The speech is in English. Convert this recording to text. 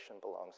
belongs